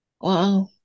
Wow